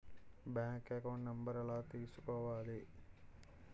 Bank account number ఎలా తీసుకోవాలి?